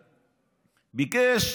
ביקש,